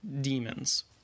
demons